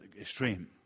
extreme